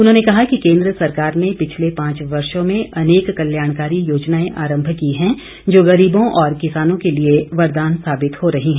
उन्होंने कहा कि केंद्र सरकार ने पिछले पांच वर्षो में अनेक कल्याणकारी योजनाएं आरंभ की है जो गरीबों और किसानों के लिए वरदान साबित हो रही हैं